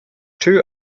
two